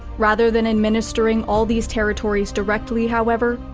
rather than administering all these territories directly however,